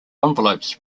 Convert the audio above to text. envelopes